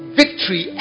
victory